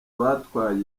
batwaye